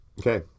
Okay